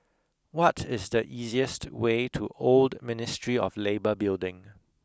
what is the easiest way to Old Ministry of Labour Building